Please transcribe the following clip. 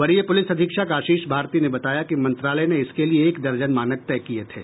वरीय पुलिस अधीक्षक आशीष भारती ने बताया कि मंत्रालय ने इसके लिये एक दर्जन मानक तय किए थे